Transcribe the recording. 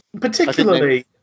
Particularly